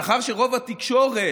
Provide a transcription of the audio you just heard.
מאחר שרוב התקשורת